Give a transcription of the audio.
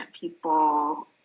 people